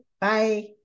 Bye